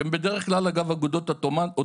שאגב בדרך כלל הם אגודות עותמאניות,